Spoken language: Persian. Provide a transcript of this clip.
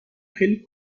خیلی